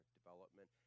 development